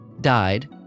died